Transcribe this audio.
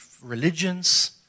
religions